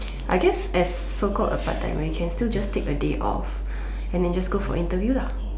I guess as so called a part timer you can still just take a day off and just go for interview lah